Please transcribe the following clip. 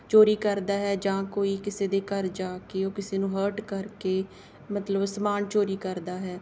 ਚੋਰੀ ਕਰਦਾ ਹੈ ਜਾਂ ਕੋਈ ਕਿਸੇ ਦੇ ਘਰ ਜਾ ਕੇ ਉਹ ਕਿਸੇ ਨੂੰ ਹਰਟ ਕਰਕੇ ਮਤਲਬ ਸਮਾਨ ਚੋਰੀ ਕਰਦਾ ਹੈ